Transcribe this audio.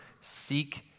seek